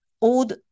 old